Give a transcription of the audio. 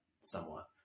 somewhat